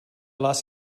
los